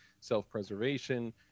self-preservation